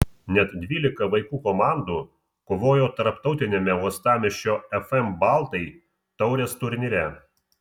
net dvylika vaikų komandų kovojo tarptautiniame uostamiesčio fm baltai taurės turnyre